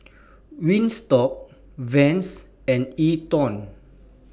Wingstop Vans and E TWOW